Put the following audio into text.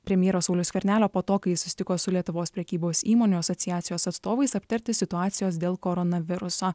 premjero sauliaus skvernelio po to kai susitiko su lietuvos prekybos įmonių asociacijos atstovais aptarti situacijos dėl koronaviruso